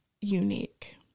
unique